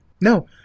No